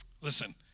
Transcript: listen